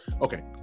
okay